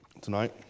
tonight